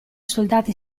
soldati